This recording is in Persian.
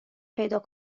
پیدا